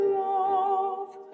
love